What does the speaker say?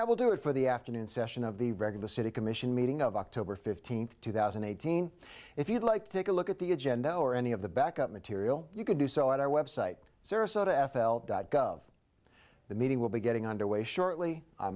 that will do it for the afternoon session of the regular city commission meeting of october fifteenth two thousand and eighteen if you'd like to look at the agenda or any of the backup material you can do so at our website sarasota f l dot gov the meeting will be getting underway shortly